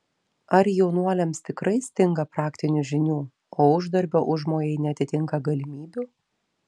ar jaunuoliams tikrai stinga praktinių žinių o uždarbio užmojai neatitinka galimybių